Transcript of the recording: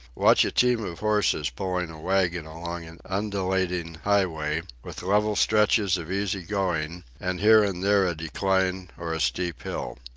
watch a team of horses pulling a waggon along an undulating highway, with level stretches of easy going and here and there a decline or a steep hill.